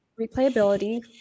Replayability